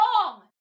wrong